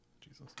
Jesus